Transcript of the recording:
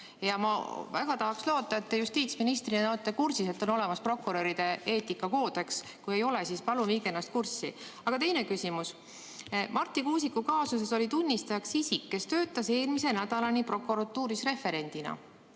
Ma väga tahaks loota, et te justiitsministrina olete kursis, et on olemas prokuröride eetikakoodeks. Kui ei ole, siis palun viige ennast kurssi. Nüüd teine küsimus. Marti Kuusiku kaasuses oli tunnistajaks isik, kes töötas eelmise nädalani prokuratuuris referendina.